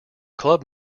club